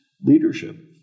leadership